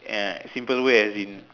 and simple way as in